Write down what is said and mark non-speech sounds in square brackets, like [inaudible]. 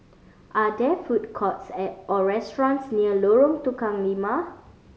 are there food courts [unintelligible] or restaurants near Lorong Tukang Lima